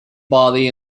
body